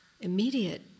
immediate